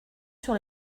sur